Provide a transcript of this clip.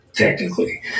Technically